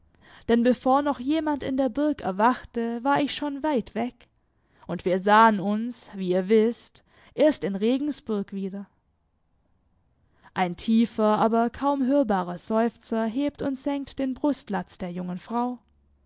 denn bevor noch jemand in der burg erwachte war ich schon weit weg und wir sahen uns wie ihr wißt erst in regensburg wieder ein tiefer aber kaum hörbarer seufzer hebt und senkt den brustlatz der jungen frau